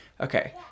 Okay